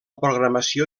programació